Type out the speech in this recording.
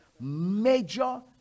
Major